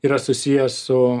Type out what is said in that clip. yra susijęs su